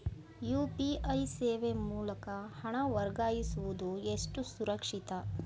UPI ಸೇವೆ ಮೂಲಕ ಹಣ ವರ್ಗಾಯಿಸುವುದು ಎಷ್ಟು ಸುರಕ್ಷಿತ?